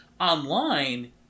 Online